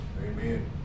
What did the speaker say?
Amen